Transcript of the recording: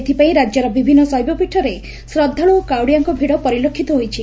ଏଥିପାଇଁ ରାଜ୍ୟର ବିଭିନ୍ ଶୈବପୀଠରେ ଶ୍ରଦ୍ଧାଳୁ ଓ କାଉଡ଼ିଆଙ୍କ ଭିଡ଼ ପରିଲକ୍ଷିତ ହୋଇଛି